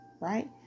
right